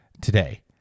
today